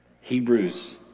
Hebrews